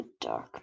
dark